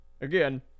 Again